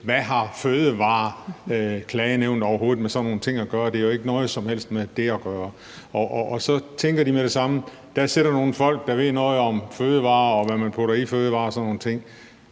overhovedet har med sådan nogle ting at gøre; det har jo ikke noget som helst med det at gøre. Og så tænker de med det samme, at der sidder nogle folk, der ved noget om fødevarer og om, hvad man putter i fødevarer og sådan nogle ting.